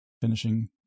finishing